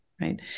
right